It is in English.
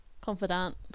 confidant